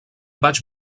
vaig